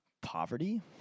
poverty